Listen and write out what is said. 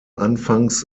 anfangs